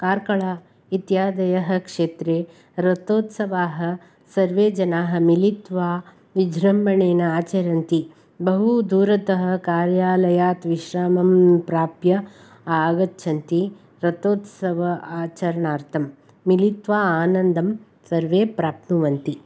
कार्कल इत्यादयः क्षेत्रे रथोत्सवाः सर्वे जनाः मिलित्वा विजृम्भणेन आचरन्ति बहु दूरतः कार्यालयात् विश्रामं प्राप्य आगच्छन्ति रथोत्सव आचरणार्थं मिलित्वा आनन्दं सर्वे प्राप्नुवन्ति